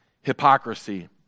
hypocrisy